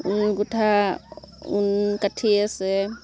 ঊল গোঁঠা ঊণ কাঠি আছে